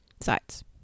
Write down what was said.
sides